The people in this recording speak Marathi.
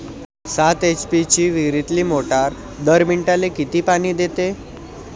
सात एच.पी ची विहिरीतली मोटार दर मिनटाले किती पानी देते?